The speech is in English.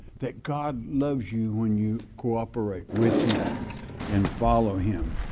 that god loves you when you go operate with him and follow him.